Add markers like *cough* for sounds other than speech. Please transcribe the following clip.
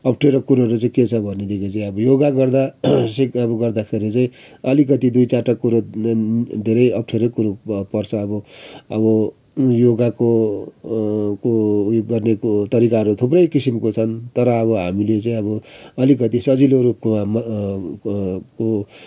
अप्ठ्यारो कुरोहरू चाहिँ के छ भनेदेखि चाहिँ अब योगा गर्दा सिक अब गर्दाखेरि चाहिँ अलिकति दुई चारवटा कुरा धेरै अप्ठ्यारै कुरो पर्छ अब अब योगाको *unintelligible* उयो गर्नेको तरिकाहरू थुप्रै किसिमको छन् तर अब हामीले चाहिँ अब अलिकति सजिलो रूपको को